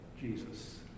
Jesus